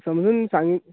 समजून सांग